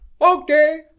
Okay